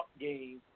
game